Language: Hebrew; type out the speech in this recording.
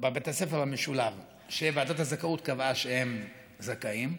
בבית הספר המשולב שוועדת הזכאות קבעה שהם זכאים,